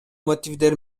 мотивдер